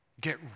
get